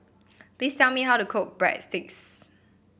please tell me how to cook Breadsticks